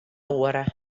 oare